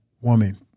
woman